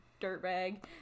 Dirtbag